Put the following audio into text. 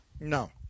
No